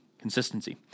consistency